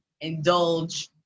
indulge